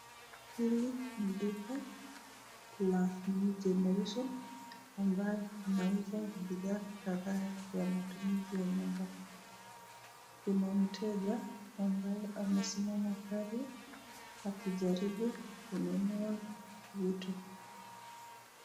Hili ni duka la New Generation ambaye inauza bidhaa kadhaa ya matumizi ya nyumba. Kuna mteja ambaye amesimama pale akijaribu kununua vitu.